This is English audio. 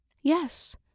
Yes